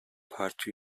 parti